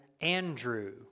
Andrew